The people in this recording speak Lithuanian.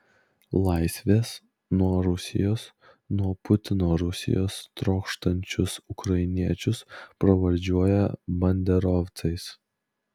laisvės nuo rusijos nuo putino rusijos trokštančius ukrainiečius pravardžiuoja banderovcais